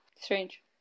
Strange